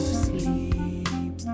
sleep